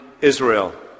Israel